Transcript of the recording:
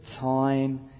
time